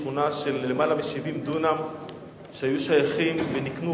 שכונה של למעלה מ-70 דונם שהיו שייכים ונקנו